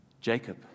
Jacob